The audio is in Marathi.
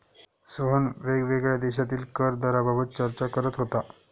सोहन वेगवेगळ्या देशांतील कर दराबाबत चर्चा करत होता